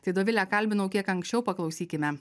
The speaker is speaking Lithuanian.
tai dovilę kalbinau kiek anksčiau paklausykime